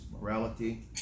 morality